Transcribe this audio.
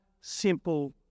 simple